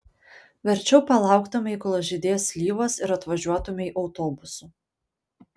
verčiau palauktumei kol žydės slyvos ir atvažiuotumei autobusu